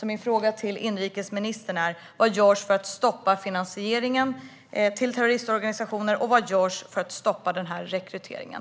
Min fråga till inrikesministern är: Vad görs för att stoppa finansieringen till terroristorganisationer, och vad görs för att stoppa den här rekryteringen?